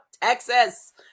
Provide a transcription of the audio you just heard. Texas